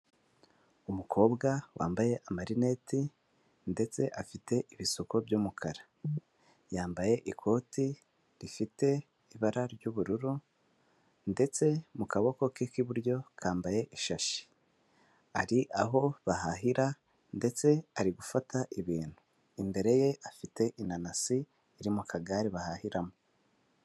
Umukobwa wambaye amarineti ndetse afite ibisuko by'umukara, yambaye ikoti rifite ibara ry'ubururu ndetse mu kaboko ke k'iburyo kambaye ishashi. Ari aho bahahira ndetse ari gufata ibintu, imbere ye afite inanasi iri mu kagare bahahiramo.